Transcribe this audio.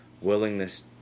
willingness